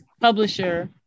publisher